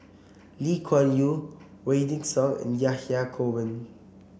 Lee Kuan Yew Wykidd Song and Yahya Cohen